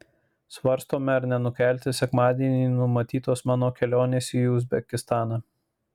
svarstome ar nenukelti sekmadienį numatytos mano kelionės į uzbekistaną